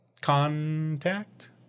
Contact